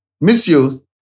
misuse